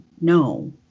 no